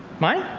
mine?